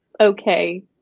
okay